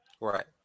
right